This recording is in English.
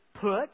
put